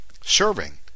Serving